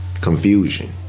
confusion